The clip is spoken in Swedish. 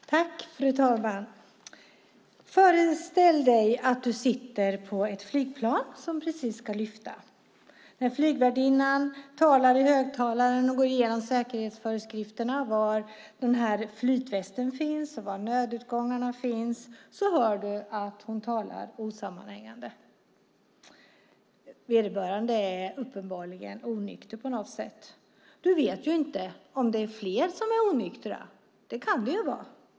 Fru talman! Föreställ dig att du sitter i ett flygplan som precis ska lyfta. När flygvärdinnan talar i högtalaren och går igenom säkerhetsföreskrifterna - var flytvästen finns och var nödutgångarna finns - hör du att hon talar osammanhängande. Vederbörande är uppenbarligen onykter på något sätt. Du vet inte om det är fler som är onyktra; det kan det vara.